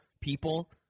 people